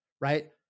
right